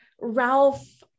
Ralph